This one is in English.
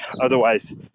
Otherwise